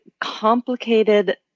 complicated